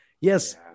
yes